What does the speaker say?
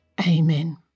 Amen